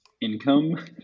income